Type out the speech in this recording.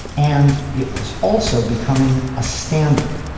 and it was also becoming a standard.